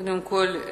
קודם כול,